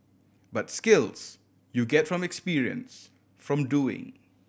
but skills you get from experience from doing